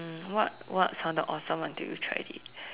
what sounded awesome until you tried it